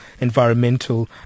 environmental